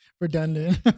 redundant